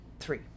Three